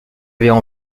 avaient